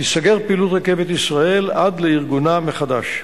תיסגר פעילות רכבת ישראל עד לארגונה מחדש.